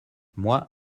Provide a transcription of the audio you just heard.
moi